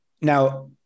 now